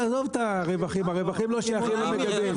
עזוב את הרווחים, הרווחים לא שייכים למגדל.